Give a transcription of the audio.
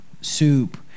soup